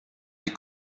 des